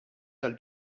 tal